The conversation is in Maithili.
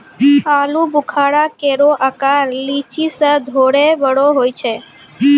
आलूबुखारा केरो आकर लीची सें थोरे बड़ो होय छै